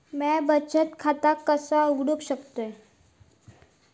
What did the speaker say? म्या बचत खाता कसा उघडू शकतय?